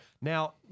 Now